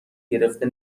گرفته